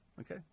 Okay